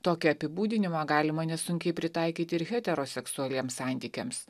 tokį apibūdinimą galima nesunkiai pritaikyti ir heteroseksualiems santykiams